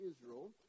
Israel